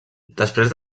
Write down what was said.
després